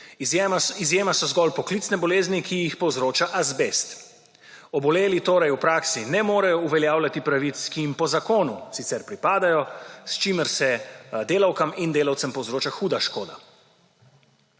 Izjema so zgolj poklicne bolezni, ki jih povzroča azbest. Oboleli torej v praksi ne morejo uveljavljati pravic, ki jim po zakonu sicer pripadajo, s čimer se delavkam in delavcem povzroča huda škoda.